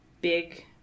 big